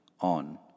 on